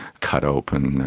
cut open,